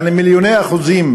יעני מיליוני אחוזים